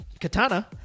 Katana